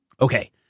Okay